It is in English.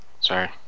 Sorry